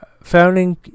founding